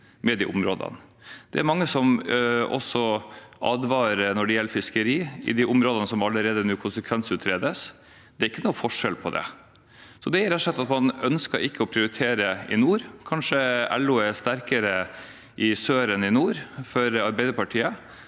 Det er mange som også advarer om fiskeriet i de områdene som allerede nå konsekvensutredes. Det er ingen forskjell på det. Det er rett og slett at man ikke ønsker å prioritere i nord. Kanskje LO er sterkere i sør enn i nord for Arbeiderpartiet.